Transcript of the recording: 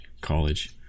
college